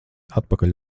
atpakaļ